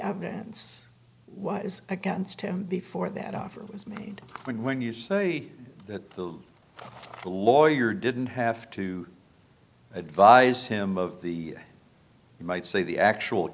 evidence was against him before that offer was made and when you say that the lawyer didn't have to advise him of the might say the actual